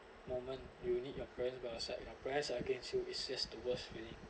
moment you need your parents but uh sad your parents are against you it's just the worst feeling